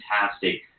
fantastic